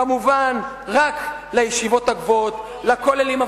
כמובן, רק לישיבות הגבוהות, לכוללים.